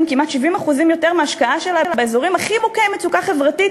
כמעט 70% יותר מההשקעה שלה באזורים הכי מוכי מצוקה חברתית,